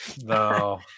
No